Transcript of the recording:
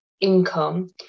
income